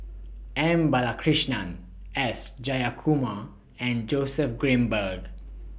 M Balakrishnan S Jayakumar and Joseph Grimberg